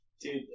Dude